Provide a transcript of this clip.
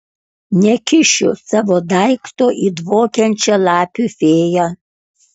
nekišiu savo daikto į dvokiančią lapių fėją